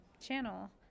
channel